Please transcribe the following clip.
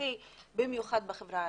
הסביבתי במיוחד בחברה הערבית.